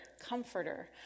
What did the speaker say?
comforter